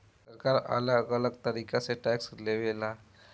सरकार अलग अलग तरीका से टैक्स लेवे ला